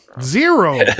Zero